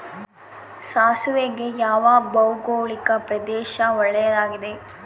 ಸಾಸಿವೆಗೆ ಯಾವ ಭೌಗೋಳಿಕ ಪ್ರದೇಶ ಒಳ್ಳೆಯದಾಗಿದೆ?